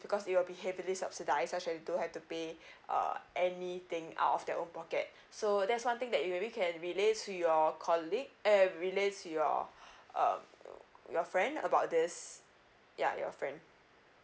because it'll be heavily subsidise such as you don't have to pay uh anything out of their own pocket so that's one thing that you maybe can relay to your colleague eh relay to your uh your friend about this ya your friend